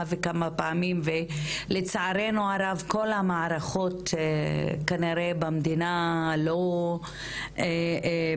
וכמה פעמים ולצערנו הרב כל המערכות כנראה במדינה לא פיתחו